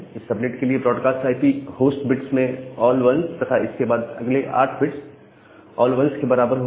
इस सबनेट के लिए ब्रॉडकास्ट आईपी होस्ट बिट्स में ऑल 1s तथा इसके बाद अगले 8 बिट्स ऑल 1s के बराबर होगा